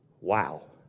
Wow